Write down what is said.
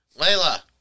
Layla